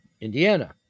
Indiana